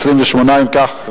28. אם כך,